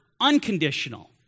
unconditional